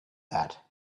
that